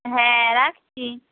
হ্যাঁ রাখছি